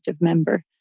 member